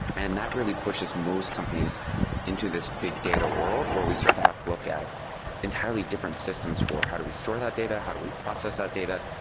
and that really pushes most companies into this big data world where we start have to look at entirely different systems for how do we store that data, how do we process that data?